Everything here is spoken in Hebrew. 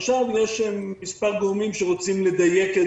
עכשיו יש מספר גורמים שרוצים לדייק את